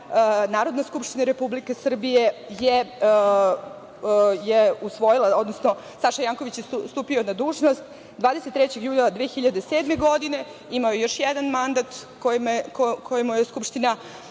Narodna skupština Republike Srbije je usvojila, odnosno Saša Janković je stupio na dužnost 23. jula 2007. godine. Imao je još jedan mandat koji mu je Skupština